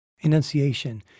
enunciation